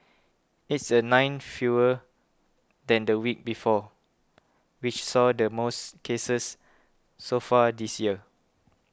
it's the nine fewer than the week before which saw the most cases so far this year